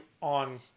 on